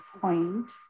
point